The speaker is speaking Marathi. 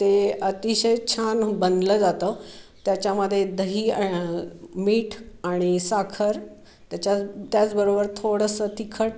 ते अतिशय छान बनलं जातं त्याच्यामध्ये दही मीठ आणि साखर त्याच्या त्याचबरोबर थोडंसं तिखट